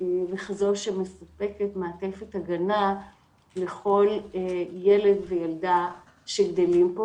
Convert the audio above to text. וכזאת שמספקת מעטפת הגנה לכל ילד וילדה שגדלים פה.